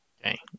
Okay